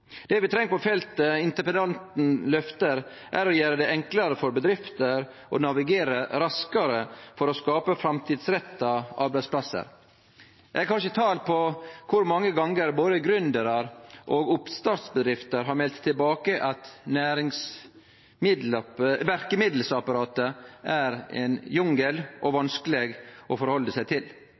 Det vi treng på feltet interpellanten løfter, er å gjere det enklare for bedrifter å navigere raskare for å skape framtidsretta arbeidsplassar. Eg har ikkje tal på kor mange gonger både gründerar og oppstartsbedrifter har meldt tilbake at verkemiddelapparatet er ein jungel og vanskeleg å forhalde seg til.